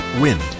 Wind